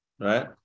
Right